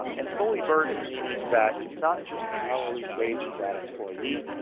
um and fully burdened meaning that it's not just the hourly wage of that employee.